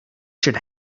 should